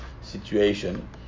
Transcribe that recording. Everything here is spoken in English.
situation